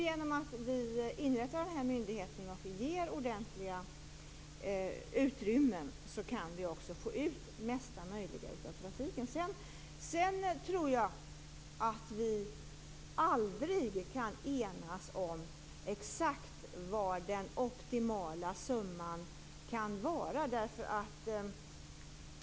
Genom att vi inrättar den här myndigheten och ger ordentligt utrymme kan vi också få ut mesta möjliga av trafiken. Jag tror att vi aldrig kan enas om exakt vad den optimala summan kan vara.